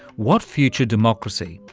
what future democracy?